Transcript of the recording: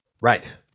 Right